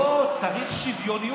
לא, צריך שוויוניות.